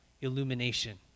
illumination